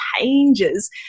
changes